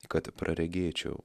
kad praregėčiau